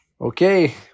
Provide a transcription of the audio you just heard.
Okay